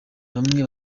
bamwe